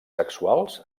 sexuals